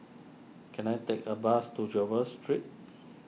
can I take a bus to Jervois Street